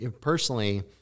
personally